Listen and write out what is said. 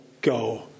go